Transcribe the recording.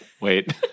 Wait